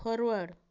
forward